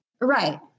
Right